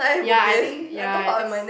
ya I think ya that's